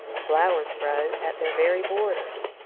flowers grow at their very borders.